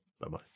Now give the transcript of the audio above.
Bye-bye